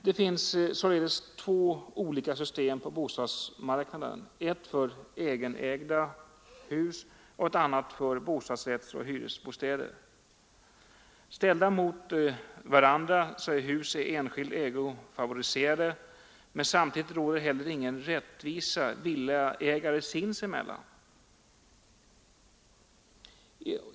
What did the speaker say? Det finns således två olika system på bostadsmarknaden, ett för egenägda hus och ett annat för bostadsrättsoch hyresbostäder. Därvid är hus i enskild ägo favoriserade, men samtidigt har villaägare inte rättvisa sinsemellan.